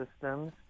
systems